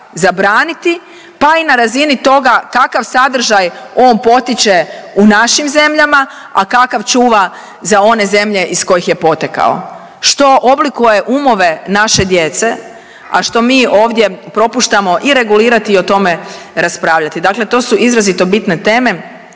zabraniti pa i na razini toga kakav sadržaj on potiče u našim zemljama, a kakav čuva za one zemlje iz kojih je potekao, što oblikuje umove naše djece, a što mi ovdje propuštamo i regulirati i o tome raspravljati. Dakle, to su izrazito bitne teme